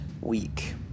week